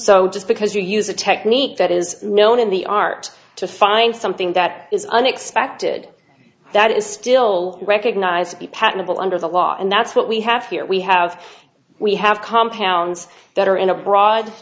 so just because you use a technique that is known in the art to find something that is unexpected that is still recognized be patentable under the law and that's what we have here we have we have compounds that are in a broad